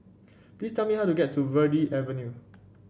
please tell me how to get to Verde Avenue